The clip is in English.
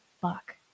fuck